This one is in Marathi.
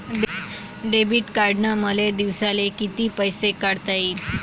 डेबिट कार्डनं मले दिवसाले कितीक पैसे काढता येईन?